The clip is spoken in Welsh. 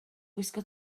gwisgo